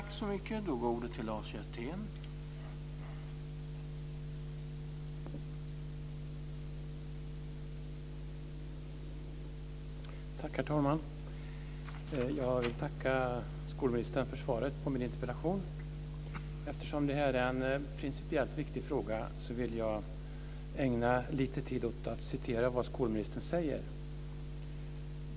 Herr talman! Jag tackar skolministern för svaret på min interpellation. Eftersom det handlar om en principiellt viktig fråga vill jag ägna lite tid åt att citera det som skolministern säger.